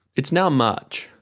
it's now march,